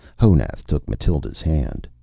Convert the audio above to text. honath took mathild's hand.